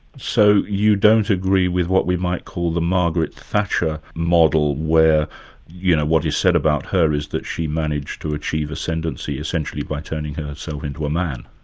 so you don't agree with what we might call the margaret thatcher model, where you know what is said about her is that she managed to achieve ascendancy essentially by turning herself into a man.